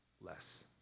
less